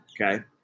Okay